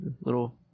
little